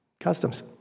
customs